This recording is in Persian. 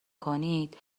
کنید